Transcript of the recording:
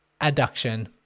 adduction